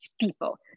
people